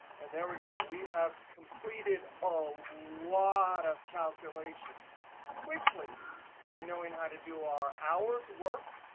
and there we go. we have completed a lot of calculations quickly by knowing how to do our hours worked.